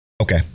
okay